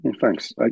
thanks